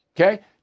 Okay